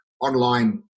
online